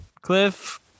Cliff